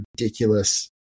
ridiculous